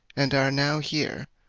and are now here,